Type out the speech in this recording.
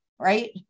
Right